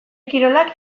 kirolak